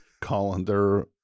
Colander